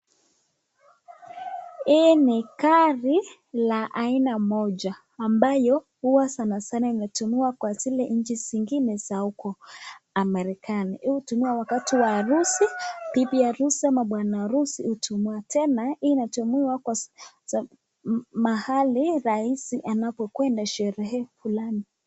Hii ni gari la aina moja ambayo huwa sana sana inatumiwa kwa zile nchi zingine za uko amerikani .Hii hutumiwa wakati wa harusi ,bibi harusi ama bwana harusi , hutumiwa tena hii inatumiwa mahali rais anapokwenda sherehe fulani.